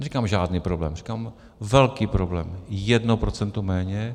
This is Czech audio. Neříkám žádný problém, říkám velký problém o jedno procento méně.